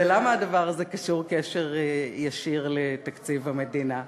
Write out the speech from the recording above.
ולמה הדבר הזה קשור קשר ישיר לתקציב המדינה?